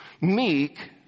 Meek